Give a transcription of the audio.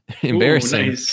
embarrassing